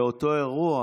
באותו אירוע.